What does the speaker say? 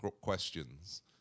questions